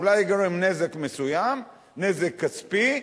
אולי ייגרם נזק מסוים, נזק כספי,